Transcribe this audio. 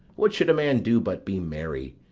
what should a man do but be merry?